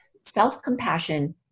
Self-compassion